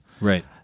Right